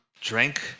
drank